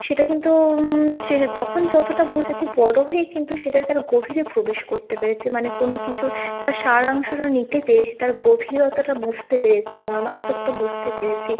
সেটা কিন্তু সে তখন যতটা বুঝেছি বড় হয়ে কিন্তু সেটা তার গভীরে প্রবেশ করতে পেরেছি মানে কোনও কিছুর তার সারাংশটা নিতে পেরেছি তার গভীরতাটা বুঝতে পেরেছি মর্মার্থটা বঝতে পেরেছি